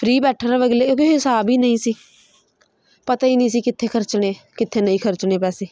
free ਬੈਠਾ ਰਹੇ ਅਗਲੇ ਕਿਉੰਕਿ ਹਿਸਾਬ ਹੀ ਨਹੀਂ ਸੀ ਪਤਾ ਹੀ ਨਹੀਂ ਸੀ ਕਿੱਥੇ ਖਰਚਣੇ ਕਿੱਥੇ ਨਹੀਂ ਖਰਚਣੇ ਪੈਸੇ